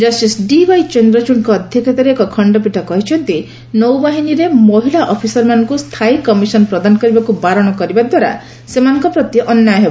justice D Y ଚନ୍ଦ୍ରଚୂଡଙ୍କ ଅଧ୍ୟକ୍ଷତାରେ ଏକ ଖଶ୍ତପୀଠ କହିଛନ୍ତି ନୌବାହିନୀରେ ମହିଳା ଅଫିସରମାନଙ୍କୁ ସ୍ଥାୟୀ କମିଶନ ପ୍ରଦାନ କରିବାକୁ ବାରଣ କରିବା ଦ୍ୱାରା ସେମାନଙ୍କ ପ୍ରତି ଅନ୍ୟାୟ ହେବ